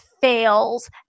fails